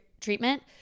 treatment